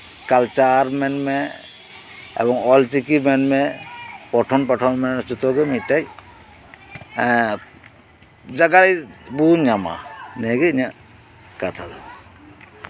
culture ᱢᱮᱱᱢᱮ ᱮᱵᱚᱝ ᱚᱞᱪᱤᱠᱤ ᱢᱮᱱᱢᱮ ᱯᱚᱴᱷᱚᱱ ᱯᱟᱴᱷᱚᱱ ᱢᱮᱱᱢᱮ ᱡᱚᱛᱚ ᱜᱮ ᱢᱤᱫᱴᱮᱡ ᱡᱟᱭᱜᱟ ᱨᱮᱵᱚ ᱧᱟᱢᱟ ᱱᱤᱭᱟᱹᱜᱮ ᱤᱧᱟᱹᱜ ᱠᱟᱛᱷᱟ ᱫᱚ